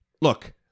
look